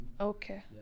okay